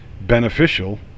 beneficial